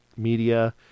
media